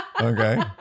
Okay